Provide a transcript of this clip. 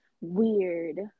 Weird